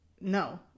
no